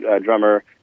drummer